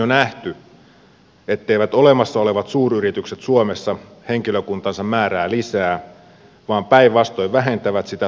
on jo nähty etteivät olemassa olevat suuryritykset suomessa henkilökuntansa määrää lisää vaan päinvastoin vähentävät sitä suhdanteista riippumatta